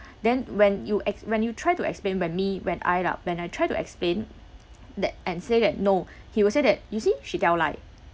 then when you ex~ when you try to explain by me when I lah when I try to explain that and say that no he will say that you see she tell lie